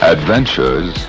Adventures